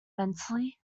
mentally